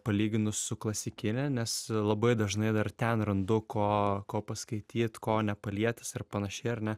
palyginus su klasikine nes labai dažnai dar ten randu ko ko paskaityt ko nepalietęs ir panašiai ar ne